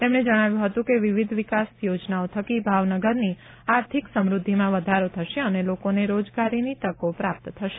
તેમણે જણાવ્યું હતું કે વિવિધ વિકાસ યોજનાઓ થકી ભાવનગરની આર્થિક સમ્રધ્ધિમાં વધારો થશે અને લોકોને રોજગારીની તકો પ્રાપ્ત થશે